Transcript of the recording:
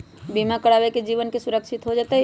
बीमा करावे से जीवन के सुरक्षित हो जतई?